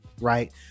right